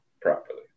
properly